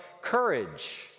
courage